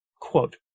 quote